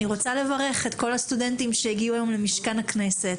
אני רוצה לברך את כל הסטודנטים שהגיעו היום למשכן הכנסת